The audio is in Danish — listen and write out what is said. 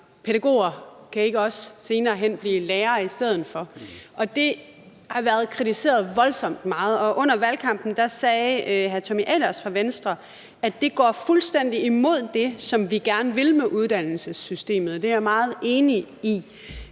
pædagoger kan ikke senere hen bliver lærere i stedet for. Det har været kritiseret voldsomt meget, og under valgkampen sagde hr. Tommy Ahlers fra Venstre, at det går fuldstændig imod det, som vi gerne vil med uddannelsessystemet, og det er jeg meget enig i.